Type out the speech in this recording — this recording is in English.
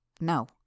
No